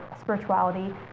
spirituality